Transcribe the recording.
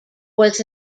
was